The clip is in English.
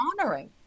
honoring